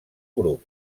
grup